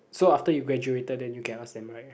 so after you graduated then you can ask them right